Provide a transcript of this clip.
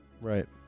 Right